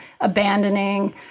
abandoning